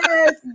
Yes